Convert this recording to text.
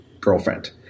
girlfriend